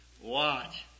Watch